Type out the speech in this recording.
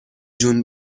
جون